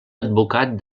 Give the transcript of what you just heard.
advocat